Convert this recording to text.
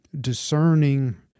discerning